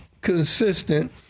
consistent